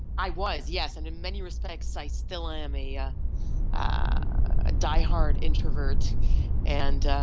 i was, yes and in many respects i still am a ah ah diehard introvert and